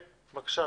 האלה.